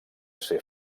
ser